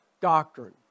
doctrine